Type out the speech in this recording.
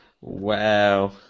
Wow